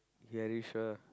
very sure